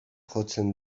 jotzen